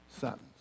sentence